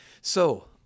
So-